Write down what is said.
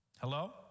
Hello